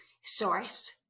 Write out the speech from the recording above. source